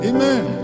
Amen